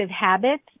habits